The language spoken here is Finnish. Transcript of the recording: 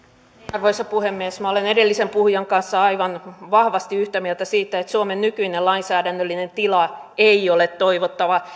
arvoisa puhemies minä olen edellisen puhujan kanssa aivan vahvasti yhtä mieltä siitä että suomen nykyinen lainsäädännöllinen tila ei ole toivottava